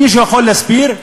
מישהו יכול להסביר?